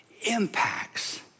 impacts